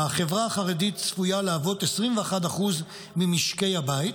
החברה החרדית צפויה להוות 21% ממשקי הבית,